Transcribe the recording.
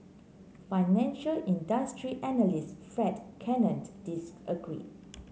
financial industry analyst Fred disagreed